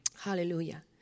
Hallelujah